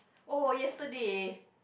oh yesterday